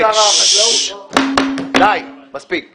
די, מספיק.